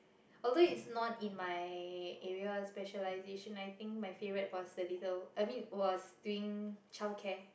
although is not in my area specialization I think my favorite was the little I mean was doing childcare